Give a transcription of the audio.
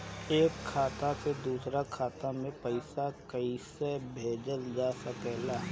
एक खाता से दूसरे खाता मे पइसा कईसे भेजल जा सकेला?